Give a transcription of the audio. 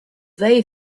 they